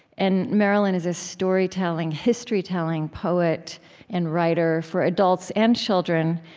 and marilyn is a storytelling, history-telling poet and writer for adults and children,